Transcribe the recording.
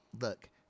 look